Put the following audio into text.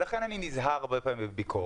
לכן אני נזהר הרבה פעמים בביקורת.